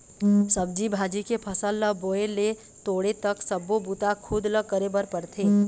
सब्जी भाजी के फसल ल बोए ले तोड़े तक सब्बो बूता खुद ल करे बर परथे